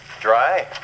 dry